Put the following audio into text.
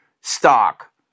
stock